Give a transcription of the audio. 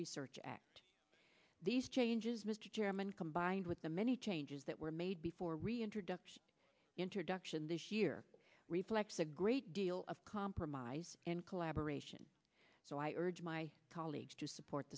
research act these changes mr chairman combined with the many changes that were made before reintroduction introduction this year reflex a great deal of compromise in collaboration so i urge my colleagues to support